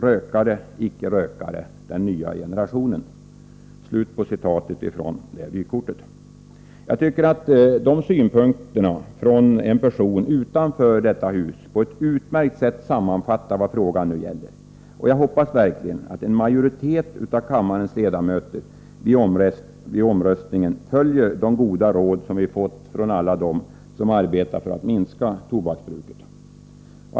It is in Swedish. Rökare, icke rökare, den nya generationen.” Jag tycker att dessa synpunkter från en person utanför detta hus på ett utmärkt sätt sammanfattar vad frågan nu gäller, och jag hoppas verkligen att en majoritet av kammarens ledamöter vid omröstningen följer de goda råd vi fått från alla dem som arbetar för att minska tobaksbruket.